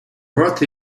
brought